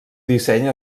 disseny